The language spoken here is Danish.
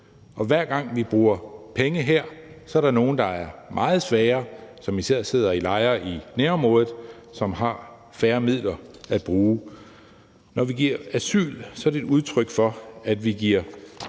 og hver gang vi bruger penge her, er der nogle, som har det meget sværere, som især sidder i lejre i nærområder, som der vil være færre midler til. Når vi giver asyl, er det et udtryk for, at vi giver